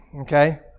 Okay